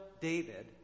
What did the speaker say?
David